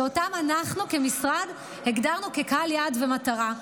שאותם אנחנו כמשרד הגדרנו כקהל יעד ומטרה.